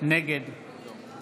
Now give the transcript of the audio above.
נגד